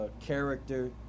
character